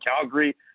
Calgary